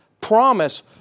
promise